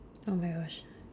oh my rush